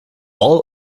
all